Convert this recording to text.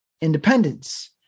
independence